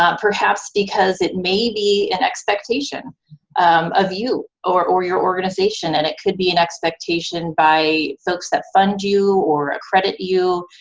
um perhaps because it may be an expectation of you or or your organization, and it could be an expectation by folks that fund you or accredit you.